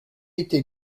été